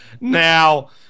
Now